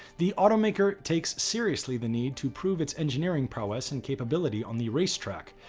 the automaker takes seriously the need to prove its engineering prowess and capability on the racetrack.